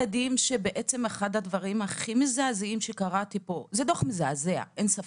זה דוח מזעזע של הממ"מ, אין ספק.